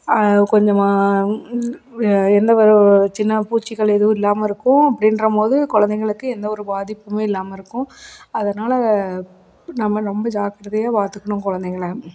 கொஞ்சமாக எந்தவொரு சின்ன பூச்சிகள் எதுவும் இல்லாமல் இருக்கும் அப்படின்றபோது கு குழந்தைங்களுக்கு எந்தவொரு பாதிப்புமே இல்லாமல் இருக்கும் அதனால் நம்ம ரொம்ப ஜாக்கிரதையாக பார்த்துக்குணும் குழந்தைங்கள